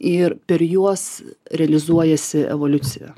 ir per juos realizuojasi evoliucija